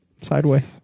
Sideways